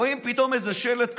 הם רואים פתאום איזה שלט,